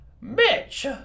Mitch